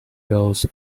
girls